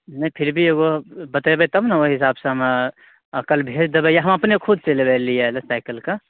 नहि फिर भी एगो बतेबै तब ने ओहि हिसाब सऽ हम कल भेज देबै की हम अपने खुद चैलि अयबै लिए लए साइकिल